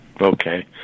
Okay